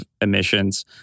emissions